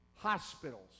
Hospitals